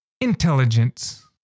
intelligence